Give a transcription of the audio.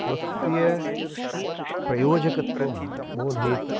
स्वस्य प्रयोजकत्वं बोधयति